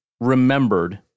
remembered